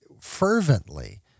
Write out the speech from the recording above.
fervently